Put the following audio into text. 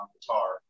guitar